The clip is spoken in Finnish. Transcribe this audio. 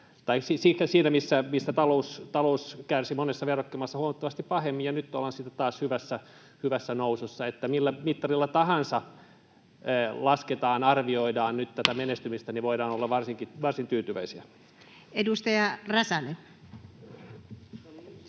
siinä, missä talous kärsi monissa verrokkimaissa huomattavasti pahemmin, ja nyt ollaan sitten taas hyvässä nousussa. Millä mittarilla tahansa arvioidaankin nyt tätä menestymistä, niin voidaan olla varsin tyytyväisiä. Edustaja Räsänen.